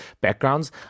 backgrounds